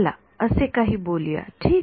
चला असे काही बोलू या ठीक